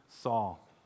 Saul